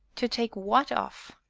to take what off?